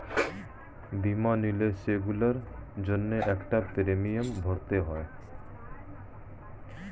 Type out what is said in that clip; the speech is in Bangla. বীমা নিলে, সেগুলোর জন্য একটা প্রিমিয়াম ভরতে হয়